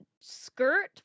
skirt